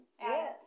Yes